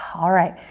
alright,